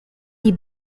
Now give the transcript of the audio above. die